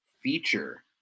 feature